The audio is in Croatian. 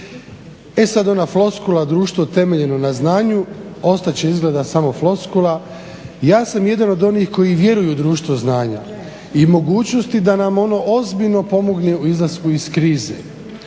E sad ona floskula društvo temeljeno na znanju, ostat će izgleda samo floskula. Ja sam jedan od onih koji vjeruju u društvo znanja i mogućnosti da nam ono ozbiljno pomogne u izlasku iz krize.